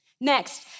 Next